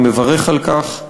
אני מברך על כך,